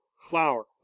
flour